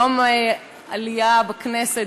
יום העלייה בכנסת,